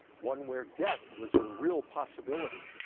one where death was a real possibility.